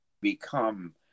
become